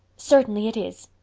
certainly it is.